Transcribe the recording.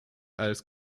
als